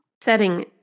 setting